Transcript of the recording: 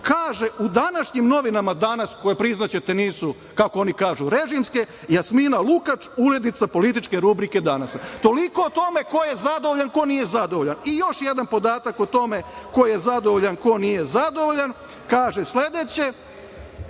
kaže u današnjim novinama „Danas“, koje, priznaćete, kako oni kažu režimske, Jasmina Lukač, urednica Političke rubrike „Danas“. Toliko o tome ko je zadovoljna, ko nije zadovoljan. Još jedan podatak o tome ko je zadovoljan, ko nije zadovoljan. Kaže sledeće,